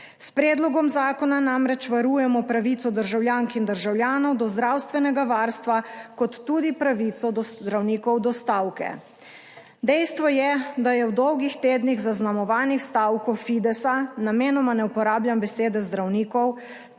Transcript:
S predlogom zakona namreč varujemo pravico državljank in državljanov do zdravstvenega varstva kot tudi pravico do zdravnikov do stavke. Dejstvo je, da je v dolgih tednih zaznamovanih stavko Fidesa, namenoma ne uporabljam besede zdravnikov,